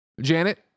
Janet